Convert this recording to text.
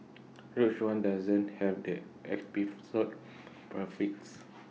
rogue one doesn't have the episode prefix